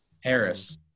Harris